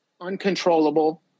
uncontrollable